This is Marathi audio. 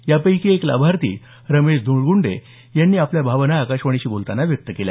यापैकी एक लाभार्थी रमेश धुळगुंडे यांनी आपल्या भावना आकाशवाणीशी व्यक्त केल्या